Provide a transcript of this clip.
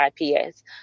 IPS